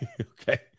Okay